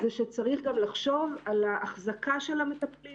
צריך גם לחשוב על האחזקה של המטפלים